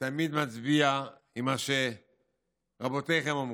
תמיד מצביע עם מה שרבותיכם אומרים.